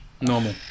Normal